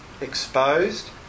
exposed